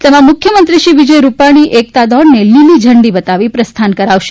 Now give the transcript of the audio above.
તેમાં મુખ્યમંત્રી શ્રી વિજય રૂપાણી એકતા દોડને લીલી ઝંડી બતાવી પ્રસ્થાન કરાવશે